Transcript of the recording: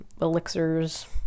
elixirs